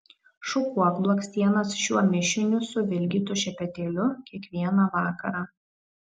šukuok blakstienas šiuo mišiniu suvilgytu šepetėliu kiekvieną vakarą